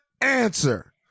answer